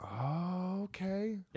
Okay